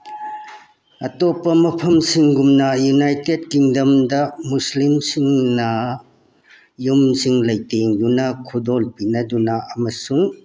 ꯑꯇꯣꯞꯄ ꯃꯐꯝꯁꯤꯡꯒꯨꯝꯅ ꯌꯨꯅꯥꯏꯇꯦꯠ ꯀꯤꯡꯗꯝꯗ ꯃꯨꯁꯂꯤꯝꯁꯤꯡꯅ ꯌꯨꯝꯁꯤꯡ ꯂꯩꯇꯦꯡꯗꯨꯅ ꯈꯨꯗꯣꯜ ꯄꯤꯅꯗꯨꯅ ꯑꯃꯁꯨꯡ